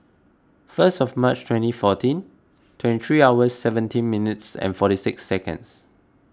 first of March twenty fourteen twenty three hours seventeen minutes and forty six seconds